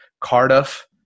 Cardiff